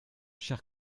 cher